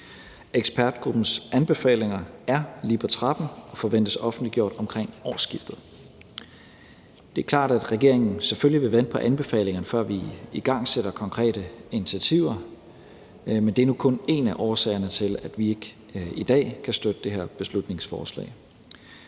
Ekspertgruppens anbefalinger er på trapperne og forventes offentliggjort omkring årsskiftet. Det er klart, at regeringen selvfølgelig vil vente på anbefalingerne, før vi igangsætter konkrete initiativer, men det er nu kun én af årsagerne til, at vi ikke i dag kan støtte det her beslutningsforslag.